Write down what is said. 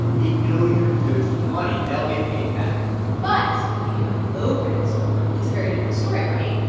they know you're good for the money. they'll get paid back but if you have a low credit score, it's a very different story, right?